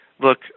look